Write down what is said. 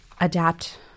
adapt